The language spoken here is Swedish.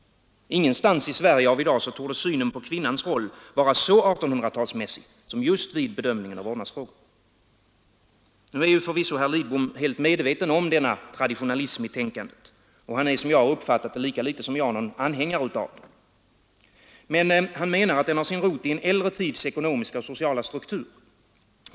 Ingenstans i Sverige i dag torde synen på kvinnans roll vara så 1800-talsmässig som just vid bedömningar av vårdnadsfrågor. Nu är förvisso herr Lidbom helt medveten om denna traditionalism i tänkandet. Och han är, som jag har uppfattat det, lika litet som jag någon anhängare av den. Men han menar att den har sin rot i en äldre tids ekonomiska och sociala struktur.